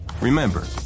Remember